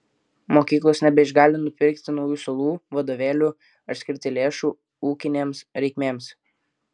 mokyklos nebeišgali nupirkti naujų suolų vadovėlių ar skirti lėšų ūkinėms reikmėms